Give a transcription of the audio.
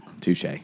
Touche